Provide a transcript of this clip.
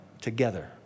together